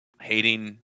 hating